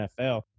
NFL